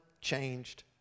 changed